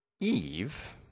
Eve